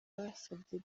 basabye